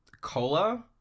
COLA